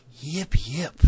yip-yip